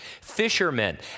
Fishermen